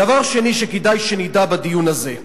דבר שני שכדאי שנדע בדיון הזה,